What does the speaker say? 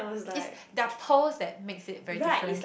it's their pearls that makes it very different